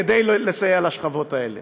כדי לסייע לשכבות האלה.